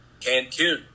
Cancun